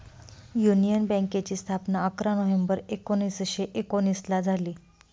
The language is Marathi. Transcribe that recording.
युनियन बँकेची स्थापना अकरा नोव्हेंबर एकोणीसशे एकोनिसला झाली